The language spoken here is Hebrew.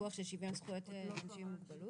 פיקוח של שוויון זכויות לאנשים עם מוגבלות?